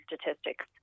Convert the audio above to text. statistics